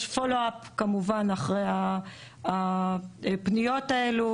יש follow up אחרי הפניות האלו.